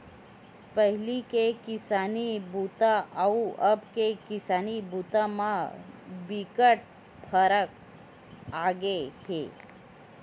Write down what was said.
पहिली के किसानी बूता अउ अब के किसानी बूता म बिकट फरक आगे हे